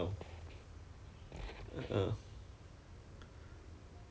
ya 对 lor but then 他没有 mah 什么都没有讲没有 black and white and nothing it's just word